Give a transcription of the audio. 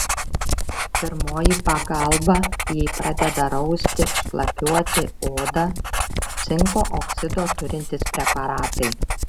pirmoji pagalba jei pradeda rausti šlapiuoti oda cinko oksido turintys preparatai